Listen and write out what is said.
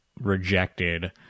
rejected